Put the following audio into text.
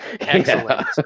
Excellent